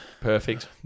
Perfect